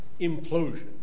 implosion